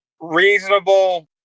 Reasonable